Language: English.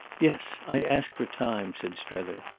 yes, i asked for time, said strether.